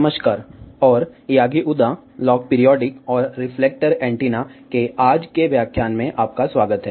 नमस्कार और Yagi Uda log periodic और रिफ्लेक्टर एंटीना के आज के व्याख्यान में आपका स्वागत है